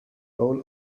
all